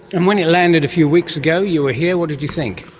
and when it landed a few weeks ago, you were here. what did you think?